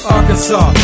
Arkansas